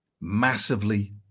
massively